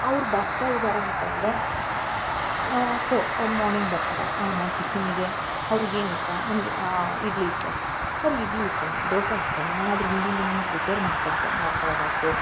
ಅವ್ರು ಬರ್ತಾಯಿದ್ದಾರಾ ಅಂತ ಅಂದ್ರೆ ಸೊ ಅವ್ರು ಮಾರ್ನಿಂಗ್ ಬರ್ತಾರಾ ನಾನು ಟಿಫಿನಿಗೆ ಅವ್ರಿಗೇನು ಇಷ್ಟ ನನಗೆ ಇಡ್ಲಿ ಇಷ್ಟ ಅವ್ರ್ಗೆ ಇಡ್ಲಿ ಇಷ್ಟವೋ ದೋಸೆ ಇಷ್ಟವೋ ನಾನು ಅದರ ಹಿಂದಿನ ದಿನವೇ ಪ್ರಿಪೇರ್ ಮಾಡ್ಕೊಳ್ತೆ ಮಾಡ್ಕೊಳ್ಳೋದಾಯಿತು